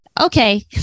okay